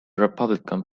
republican